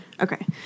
Okay